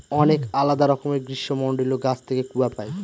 অনেক আলাদা রকমের গ্রীষ্মমন্ডলীয় গাছ থেকে কূয়া পাই